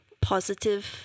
positive